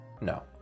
no